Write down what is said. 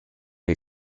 les